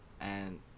and-